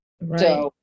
Right